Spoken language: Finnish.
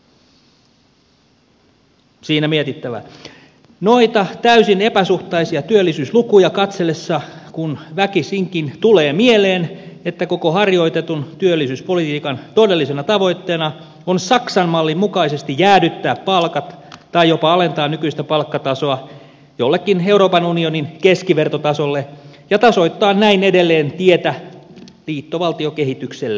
siinä mietittävää noita täysin epäsuhtaisia työllisyyslukuja katsellessa kun väkisinkin tulee mieleen että koko harjoitetun työllisyyspolitiikan todellisena tavoitteena on saksan mallin mukaisesti jäädyttää palkat tai jopa alentaa nykyistä palkkatasoa jollekin euroopan unionin keskivertotasolle ja tasoittaa näin edelleen tietä liittovaltiokehitykselle